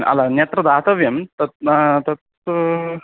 अलम् अन्यत्र दातव्यं तत् न तत्